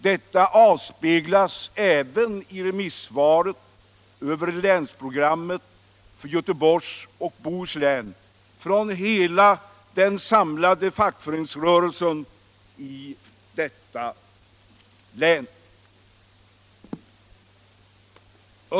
Detta avspeglas även i remissvaret över länsprogrammet för Göteborgs och Bohus län från den samlade fackföreningsrörelsen i länet.